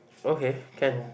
okay can